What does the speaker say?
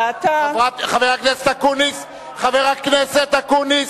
חבר הכנסת אקוניס,